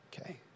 okay